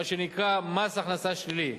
מה שנקרא מס הכנסה שלילי.